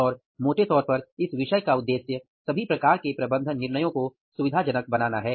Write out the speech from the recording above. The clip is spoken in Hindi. और मोटे तौर पर इस विषय का उद्देश्य सभी प्रकार के प्रबंधन निर्णयों को सुविधाजनक बनाना है